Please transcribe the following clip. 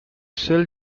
cell